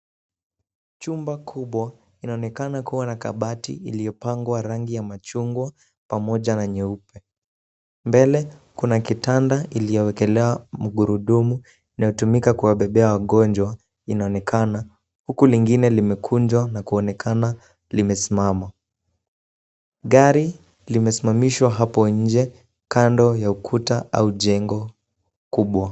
Chumba kubwa kinaonekana kuwa na kabati iliyopangwa rangi ya machungwa, pamoja na nyeupe. Mbele, kuna kitanda iliyowekelewa mgurudumu na hutumika kuwa bebea wagonjwa inaonekana uko lingine limekunjwa na kuonekana limesimama. Gari limesimamishwa hapo nje kando ya ukuta au jengo, kubwa.